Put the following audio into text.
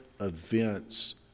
events